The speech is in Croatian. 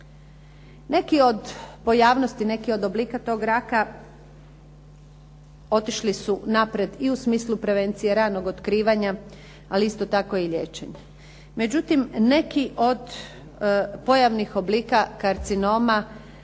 Neki od pojavnosti, neki od oblika tog raka otišli su naprijed i u smislu prevencije ranog otkrivanja ali isto tako i liječenja.